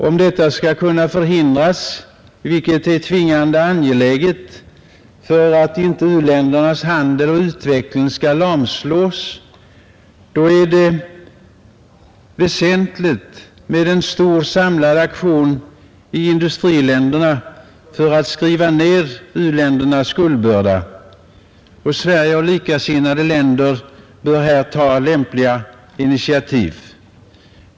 Om detta skall kunna förhindras, vilket är tvingande angeläget för att inte u-ländernas handel och utveckling skall lamslås, är det väsentligt med en stor samlad aktion av industriländerna för att skriva ner u-ländernas skuldbörda. Sverige och likasinnade länder bör här ta lämpliga initiativ.